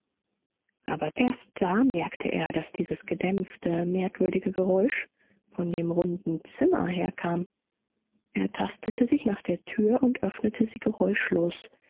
aber erst da merkte er daß dieses gedämpfte merkwürdige geräusch von dem runden zimmer herkam er tastete sich nach der tür und öffnete sie geräuschlos